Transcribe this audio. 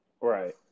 Right